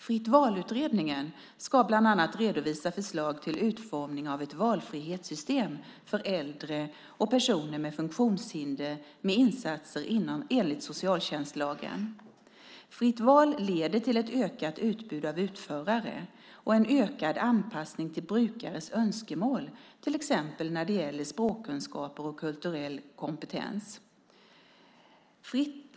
Fritt-val-utredningen ska bland annat redovisa förslag till utformning av ett valfrihetssystem för äldre och personer med funktionshinder med insatser enligt socialtjänstlagen. Fritt val leder till ett ökat utbud av utförare och en ökad anpassning till brukares önskemål till exempel när det gäller språkkunskaper och kulturell kompetens.